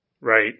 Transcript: right